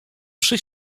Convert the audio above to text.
przy